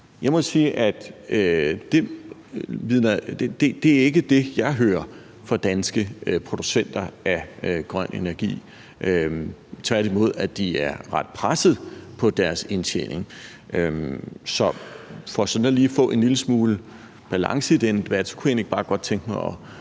Jeg må sige, at det ikke er det, jeg hører fra danske producenter af grøn energi; jeg hører tværtimod, at de er ret presset på deres indtjening. Så for sådan lige at få en lille smule balance i den debat kunne jeg egentlig bare godt tænke mig at